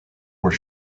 were